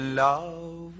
love